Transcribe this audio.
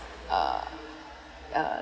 uh uh